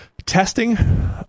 Testing